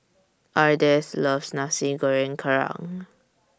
Ardeth loves Nasi Goreng Kerang